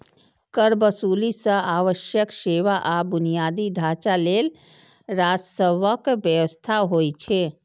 कर वसूली सं आवश्यक सेवा आ बुनियादी ढांचा लेल राजस्वक व्यवस्था होइ छै